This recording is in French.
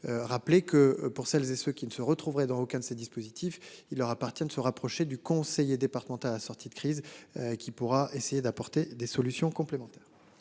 Rappeler que pour celles et ceux qui ne se retrouveraient dans aucun de ces dispositifs. Il leur appartient de se rapprocher du conseiller départemental. Sortie de crise qui pourra essayer d'apporter des solutions complémentaires.--